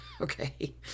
Okay